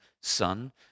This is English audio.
son